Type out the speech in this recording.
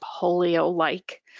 polio-like